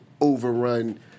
overrun